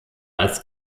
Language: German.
als